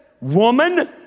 Woman